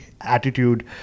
attitude